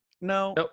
No